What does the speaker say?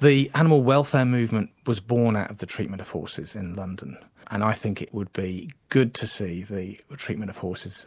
the animal welfare movement was born out of the treatment of horses in london and i think it would be good to see the treatment of horses